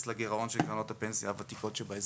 לגירעון של קרנות הפנסיה הוותיקות שבהסדר.